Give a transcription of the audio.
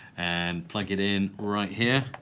and plug it in right here.